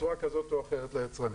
בצורה כזאת או אחרת לצרכנים.